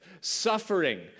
suffering